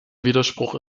widerspruch